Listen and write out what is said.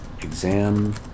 exam